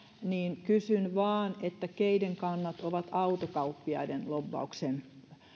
niin kysyn vain että keiden kannat ovat autokauppiaiden lobbauksen